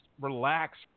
relax